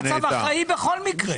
קצב אחראי בכל מקרה.